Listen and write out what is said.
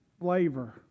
flavor